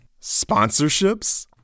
Sponsorships